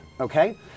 Okay